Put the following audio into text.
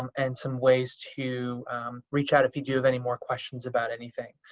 um and some ways to reach out if you do have any more questions about anything.